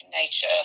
nature